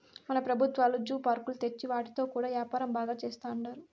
మన పెబుత్వాలు జూ పార్కులు తెచ్చి వాటితో కూడా యాపారం బాగా సేత్తండారు